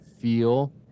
feel